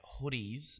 hoodies